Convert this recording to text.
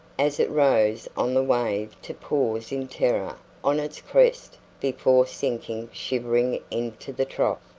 as it rose on the wave to pause in terror on its crest before sinking shivering into the trough,